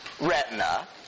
retina